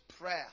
prayer